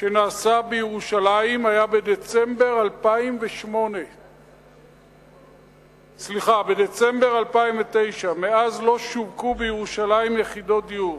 "שנעשה בירושלים היה בדצמבר 2009. מאז לא שווקו בירושלים יחידות דיור.